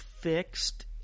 fixed